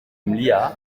mliha